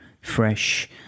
fresh